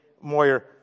Moyer